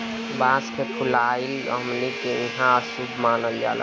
बांस के फुलाइल हमनी के इहां अशुभ मानल जाला